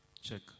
Check